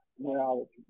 morality